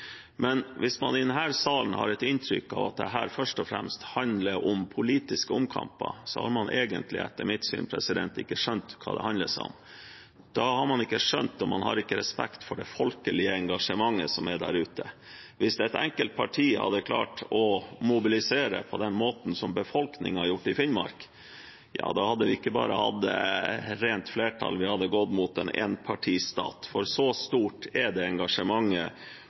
Hvis man i denne salen har et inntrykk av at dette først og fremst handler om politiske omkamper, har man egentlig ikke, etter mitt syn, skjønt hva det handler om. Da har man ikke skjønt det, og man har ikke respekt for det folkelige engasjementet som er der ute. Hvis et enkelt parti hadde klart å mobilisere på den måten som befolkningen i Finnmark har gjort, hadde de ikke bare hatt rent flertall, vi hadde gått mot en ettpartistat, for så stort er det engasjementet,